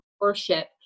worship